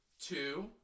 two